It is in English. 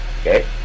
Okay